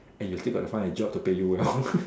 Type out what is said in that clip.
and you still got to find a job to pay you well